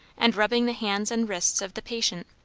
and rubbing the hands and wrists of the patient.